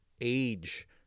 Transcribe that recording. age